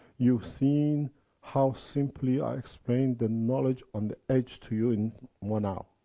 you've seen how simply i explain the knowledge on the edge to you in one hour.